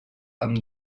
amb